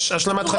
יש השלמת חקירה.